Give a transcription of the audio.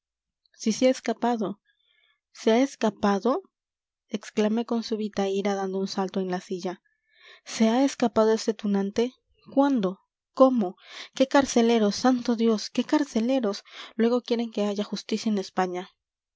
si se ha escapado se ha escapado exclamé con súbita ira dando un salto en la silla se ha escapado ese tunante cuándo cómo qué carceleros santo dios qué carceleros luego quieren que haya justicia en españa